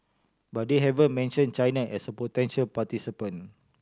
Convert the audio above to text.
but they haven't mentioned China as a potential participant